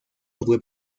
sobre